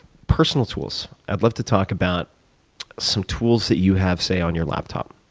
personal tools. i'd love to talk about some tools that you have, say, on your laptop.